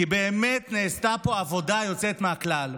כי באמת נעשתה פה עבודה יוצאת מהכלל,